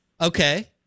Okay